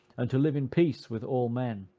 and to live in peace with all men!